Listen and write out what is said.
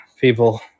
people